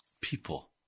people